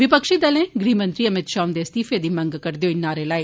विपक्षी दलें गृह मंत्री अमित शाह हन्दे इस्तीफे दी मंग करदे होई नारे लाए